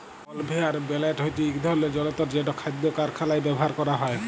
conveyor belt হছে ইক ধরলের জলতর যেট খাদ্য কারখালায় ব্যাভার ক্যরা হয়